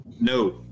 No